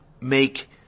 make